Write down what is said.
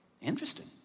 Interesting